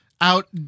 out